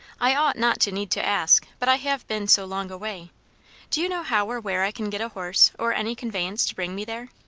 i ought not to need to ask but i have been so long away do you know how or where i can get a horse, or any conveyance, to bring me there?